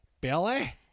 Billy